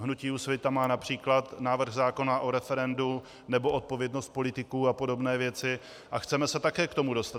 Hnutí Úsvit tam má například návrh zákona o referendu nebo odpovědnost politiků a podobné věci a chceme se k tomu také dostat.